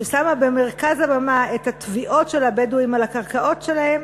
ששמה במרכז הבמה את התביעות של הבדואים על הקרקעות שלהם,